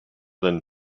then